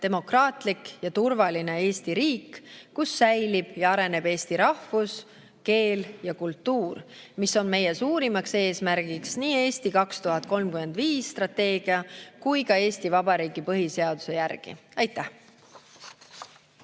demokraatlik ja turvaline Eesti riik, kus säilib ja areneb Eesti rahvus, keel ja kultuur, mis on meie suurim eesmärk nii strateegia "Eesti 2035" kui ka Eesti Vabariigi põhiseaduse järgi. Aitäh!